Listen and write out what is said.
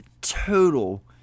total